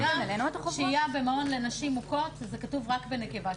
שהייה במעון לנשים מוכות זה כתוב רק בנקבה,